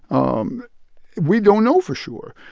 um we don't know for sure.